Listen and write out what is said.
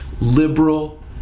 liberal